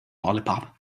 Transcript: lollipop